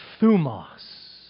thumos